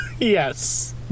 Yes